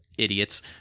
idiots